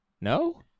No